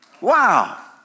Wow